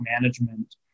management